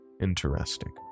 Interesting